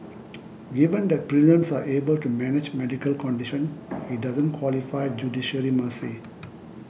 given that prisons are able to manage medical condition he doesn't qualify for judicial mercy